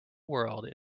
world